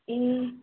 ए